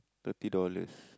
thirty dollars